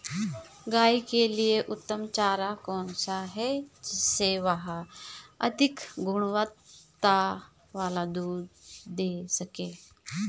गाय के लिए उत्तम चारा कौन सा है जिससे वह अधिक गुणवत्ता वाला दूध दें सके?